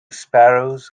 sparrows